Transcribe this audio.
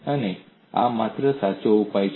અને આ માત્ર સાચો ઉપાય છે